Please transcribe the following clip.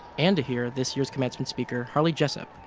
and to hear this year's commencement speaker, harley jessup,